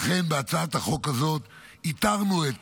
לכן בהצעת החוק הזאת ייתרנו את